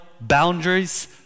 boundaries